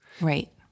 right